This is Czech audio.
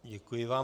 Děkuji vám.